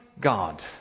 God